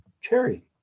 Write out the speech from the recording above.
Cherry